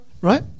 right